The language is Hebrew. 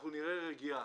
נראה רגיעה.